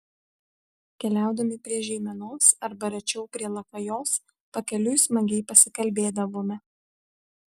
keliaudami prie žeimenos arba rečiau prie lakajos pakeliui smagiai pasikalbėdavome